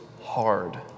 hard